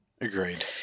Agreed